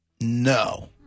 No